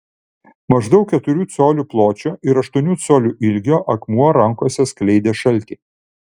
maždaug keturių colių pločio ir aštuonių colių ilgio akmuo rankose skleidė šaltį